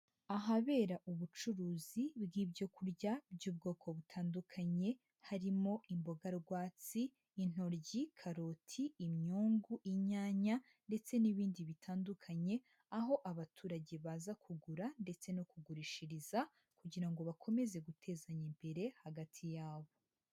Ahabera ubucuruzi bw'ibyo kurya by'ubwoko butandukanye, harimo imboga rwatsi, intoryi, karoti, imyungu, inyanya ndetse n'ibindi bitandukanye, aho abaturage baza kugura ndetse no kugurishiriza kugira ngo bakomeze gutezanya imbere hagati yabo.